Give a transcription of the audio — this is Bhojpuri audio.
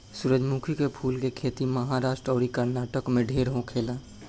सूरजमुखी के फूल के खेती महाराष्ट्र अउरी कर्नाटक में ढेर होखेला